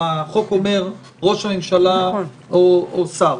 החוק גם אומר "ראש הממשלה או שר".